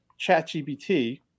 ChatGPT